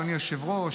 אדוני היושב-ראש,